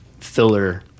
filler